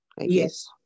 yes